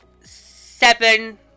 seven